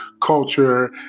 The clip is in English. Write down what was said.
culture